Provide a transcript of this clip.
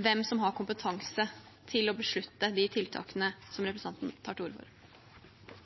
hvem som har kompetanse til å beslutte de tiltakene som representanten tar til orde for.